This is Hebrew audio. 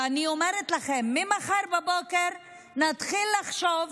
אני אומרת לכם, ממחר בבוקר נתחיל לחשוב